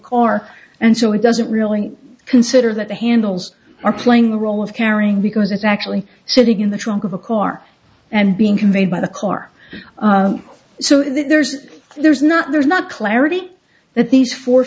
car and so it doesn't really consider that the handles are playing the role of carrying because it's actually sitting in the trunk of a car and being conveyed by the car so that there's there's not there's not clarity that these four